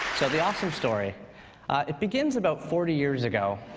so the awesome story it begins about forty years ago,